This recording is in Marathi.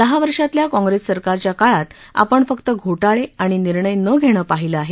दहा वर्षांतल्या काँग्रेस सरकारच्या काळात आपण फक्त घोटाळे आणि निर्णय न घेणं पाहिलं आहे